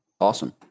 awesome